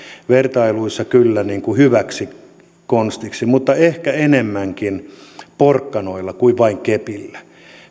vertailuissa kyllä hyviksi konsteiksi mutta ehkä enemmänkin porkkanoilla kuin vain kepillä